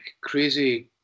crazy